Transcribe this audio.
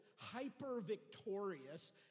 hyper-victorious